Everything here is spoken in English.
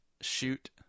shoot